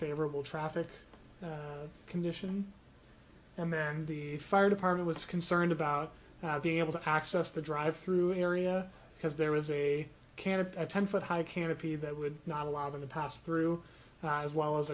favorable traffic condition and then the fire department was concerned about being able to access the drive through area because there is a canopy a ten foot high canopy that would not allow them to pass through as well as